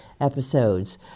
episodes